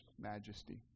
Majesty